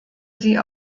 sie